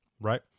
Right